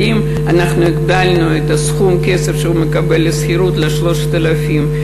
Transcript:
את סכום הכסף שהוא מקבל לשכירות ל-3,000.